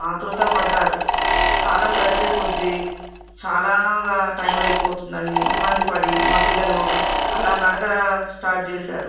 ఆత్రుత పడ్డారు కాలం గడిచే కొద్దీ చాలా గా టైం అయిపోతుంది అని ఇబ్బంది పడి మా పిల్లలు అలా నడక స్టార్ట్ చేశారు